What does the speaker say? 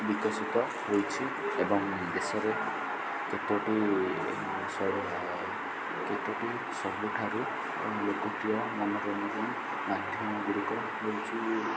ବିକଶିତ ହୋଇଛି ଏବଂ ଦେଶରେ କେତୋଟି କେତୋଟି ସବୁଠାରୁ ଲୋକପ୍ରିୟ ମାନର ମାଧ୍ୟମ ଗୁଡ଼ିକ ହେଉଛି